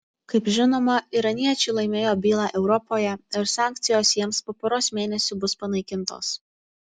kaip žinoma iraniečiai laimėjo bylą europoje ir sankcijos jiems po poros mėnesių bus panaikintos